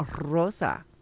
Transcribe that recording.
Rosa